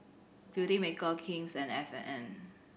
Beautymaker King's and F and N